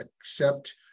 accept